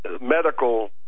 medical